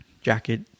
jacket